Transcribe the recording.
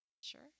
Sure